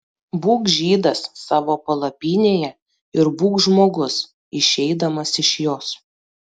būk žydas savo palapinėje ir būk žmogus išeidamas iš jos